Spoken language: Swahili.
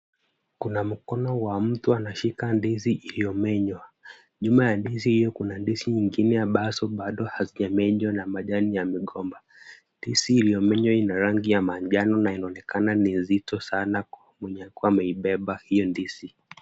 Kuna mkono wa mtu anashika ndizi iliyomenywa, nyuma ya ndizi hiyo kuna ndizi nyingine ambazo bado hazijamenywa na majani ya migomba. Ndizi iliyomenywa ina rangi ya manjano na inaonekana ni nzito sana kwa mwenye kuwa meibeba hiyo ndizi.